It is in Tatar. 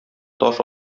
таш